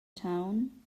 town